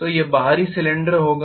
तो यह बाहरी सिलेंडर होगा